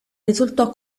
risultò